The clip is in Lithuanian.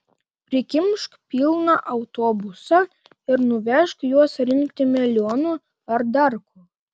prikimšk pilną autobusą ir nuvežk juos rinkti melionų ar dar ko